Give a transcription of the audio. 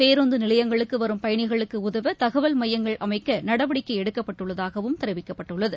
பேருந்துநிலையங்களுக்குவரும் பயணிகளுக்குஉதவதகவல் மையங்கள் அமைக்கநடவடிக்கைஎடுக்கப்பட்டுள்ளதாகவும் தெரிவிக்கப்பட்டுள்ளது